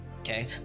okay